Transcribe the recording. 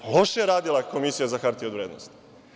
Loše je radila Komisija za hartije od vrednosti.